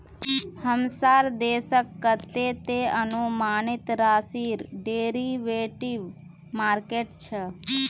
हमसार देशत कतते अनुमानित राशिर डेरिवेटिव मार्केट छ